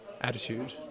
attitude